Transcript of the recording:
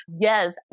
Yes